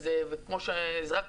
וזה מגיב